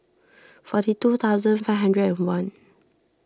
forty two thousand five hundred and one